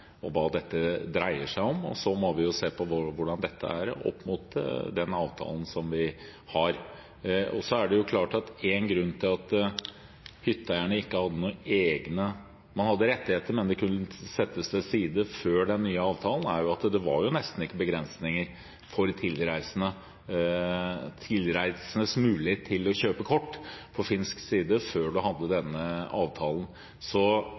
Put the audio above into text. ut hva situasjonen er, og hva dette dreier seg om. Så må vi se på hvordan dette er opp mot avtalen vi har. Hytteeierne hadde rettigheter, men de kunne settes til side før den nye avtalen, og én grunn er at det var nesten ingen begrensninger for tilreisendes muligheter til å kjøpe kort på finsk side før man hadde denne avtalen. Så